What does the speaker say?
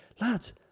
lads